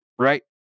right